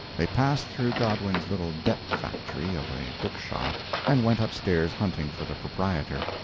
they passed through godwin's little debt-factory of a book-shop and went up-stairs hunting for the proprietor.